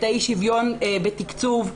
את אי השוויון בתקצוב,